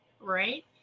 right